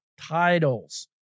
titles